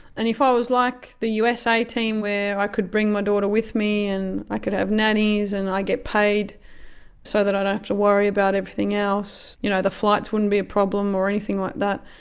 and if i was like the usa team where i could bring my daughter with me and i could have nannies and i get paid so that i don't have to worry about everything else, you know the flights wouldn't be a problem or anything like that,